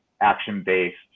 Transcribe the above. action-based